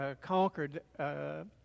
conquered